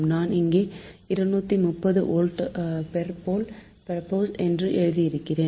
நான் இங்கே 230 volt per phase என்று எழுதியிருக்கிறேன்